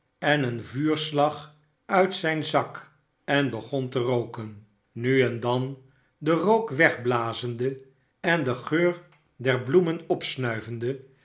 en een vuurslag uit zijn zak n begon te rooken nu en dan den rook wegblazende en den geur der bloemen opsnuivende